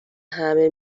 همه